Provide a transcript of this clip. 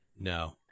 No